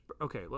okay